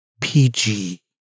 PG